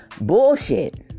bullshit